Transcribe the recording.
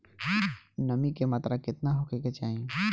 नमी के मात्रा केतना होखे के चाही?